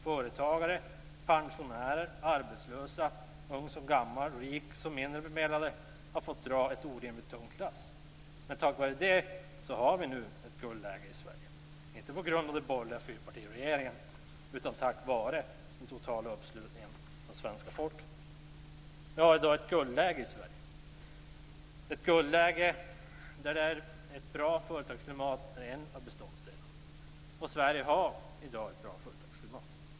Företagare, pensionärer, arbetslösa, ung som gammal, rik som mindre bemedlad har fått dra ett orimligt tungt lass. Men tack vare det har vi nu ett guldläge i Sverige - inte på grund av den borgerliga fyrpartiregeringen, utan tack vare den totala uppslutningen av svenska folket. Vi har i dag ett guldläge i Sverige, ett guldläge där ett bra företagsklimat är en av beståndsdelarna. Sverige har i dag ett bra företagsklimat.